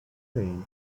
pain